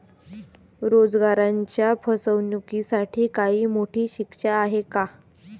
रोजगाराच्या फसवणुकीसाठी काही मोठी शिक्षा आहे का?